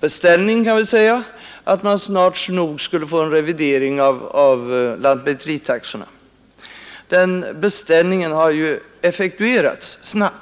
beställning, nämligen att man snart nog skulle utföra en revidering av lantmäteritaxorna, har effektuerats snabbt.